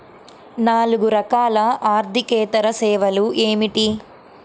నాలుగు రకాల ఆర్థికేతర సేవలు ఏమిటీ?